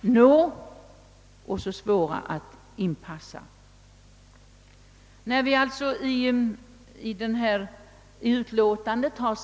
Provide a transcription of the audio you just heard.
nå och svåra att återinpassa.